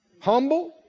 Humble